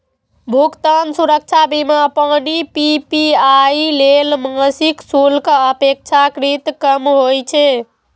भुगतान सुरक्षा बीमा यानी पी.पी.आई लेल मासिक शुल्क अपेक्षाकृत कम होइ छै